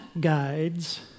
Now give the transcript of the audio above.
guides